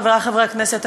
חברי חברי הכנסת,